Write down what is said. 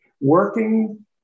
working